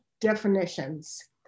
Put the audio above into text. definitions